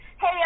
Hey